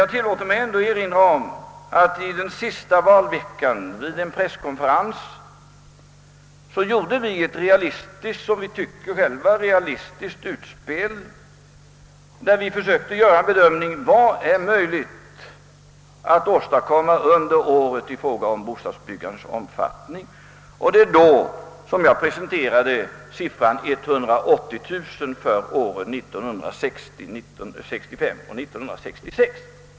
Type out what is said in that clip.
Jag tillåter mig dock erinra om att vi vid en presskonferens under den sista valveckan gjorde ett som vi själva tycker realistiskt utspel, där vi försökte bedöma vad som var möjligt att åstadkomma i fråga om bostadsbyggandets omfattning under året. Det var då jag presenterade siffran 180000 för åren 1965 och 1966.